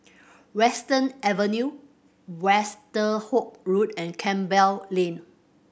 Western Avenue Westerhout Road and Campbell Lane